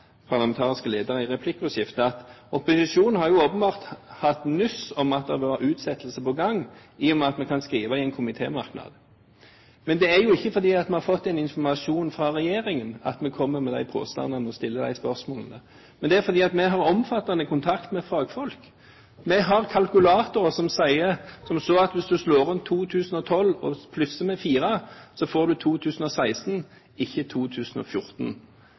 parlamentariske lederen i replikkordskiftet, at opposisjonen åpenbart har fått nyss om at det har vært utsettelse på gang, i og med at vi kan skrive det i en komitémerknad. Men det er ikke fordi vi har fått den informasjonen fra regjeringen at vi kommer med påstandene og stiller de spørsmålene. Det er fordi vi har omfattende kontakt med fagfolk. Vi har kalkulatorer som sier som så at hvis du slår inn 2012 og plusser på 4, så får du 2016, ikke 2014.